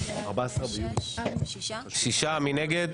מי נגד?